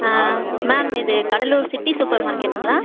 ma'am இது Cuddalore city super மார்க்கெட்டுங்களா